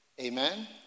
Amen